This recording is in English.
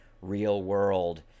real-world